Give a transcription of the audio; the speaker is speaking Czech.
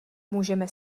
můžeme